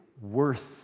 worth